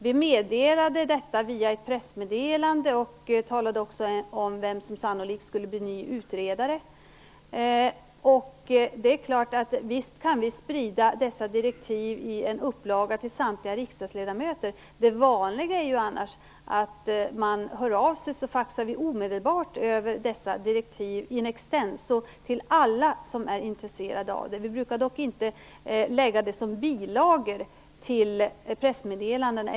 Vi meddelade detta via ett pressmeddelande och talade också om vem som sannolikt skulle bli ny utredare. Visst kan vi sprida dessa direktiv i en upplaga till samtliga riksdagsledamöter. Det vanliga är annars att man hör av sig och att vi då omedelbart faxar över direktiven in extenso till alla som är intresserade av dem. Vi brukar dock inte lägga dem som bilagor till pressmeddelandena.